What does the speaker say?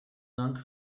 dank